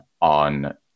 on